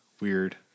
Weird